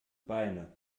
beine